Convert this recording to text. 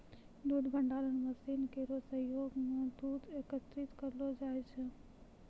दूध भंडारण मसीन केरो सहयोग सें दूध एकत्रित करलो जाय छै